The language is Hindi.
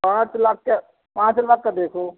पाँच लाख का पाँच लाख का देखो